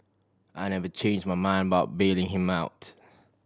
I never change my mind about bailing him out